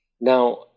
Now